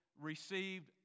received